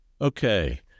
Okay